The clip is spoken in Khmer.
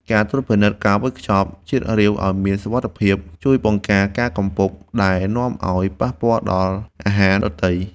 ការត្រួតពិនិត្យការវេចខ្ចប់ជាតិរាវឱ្យមានសុវត្ថិភាពជួយបង្ការការកំពប់ដែលនាំឱ្យប៉ះពាល់ដល់អាហារដទៃ។